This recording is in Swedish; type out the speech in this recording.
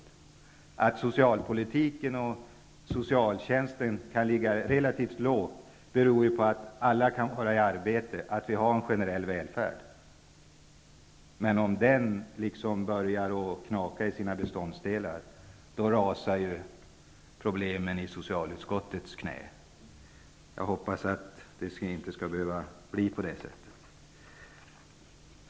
Att man inom socialpolitiken och socialtjänsten kan ligga relativt lågt, beror på att alla har arbete och att det råder en generell välfärd. Men om välfärden börjar knaka i sina beståndsdelar, rasar problemen ner i socialutskottets knä. Jag hoppas att det inte skall behöva bli på det sättet.